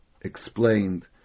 explained